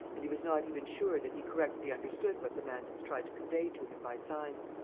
and he was not even sure that he correctly understood what the mandans tried to convey to him by signs.